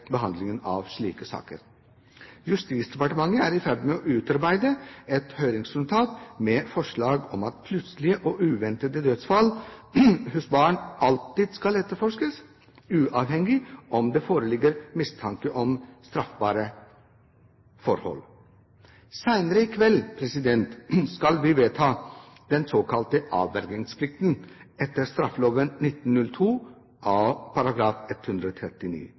behandlingen av enkeltsaker for å sikre best mulig behandling, og derigjennom bidra til kompetanseoppbygging samt generelt arbeidet for å bedre etterforskningen og den påtalemessige behandling av slike saker. Justisdepartementet er i ferd med å utarbeide et høringsnotat med forslag om at plutselige og uventede dødsfall hos barn alltid skal etterforskes, uavhengig av om det foreligger mistanke om straffbare forhold.